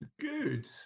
good